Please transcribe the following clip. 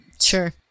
Sure